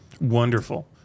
wonderful